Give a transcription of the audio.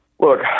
Look